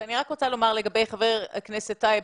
ואני רק רוצה לגבי חבר הכנסת טייב,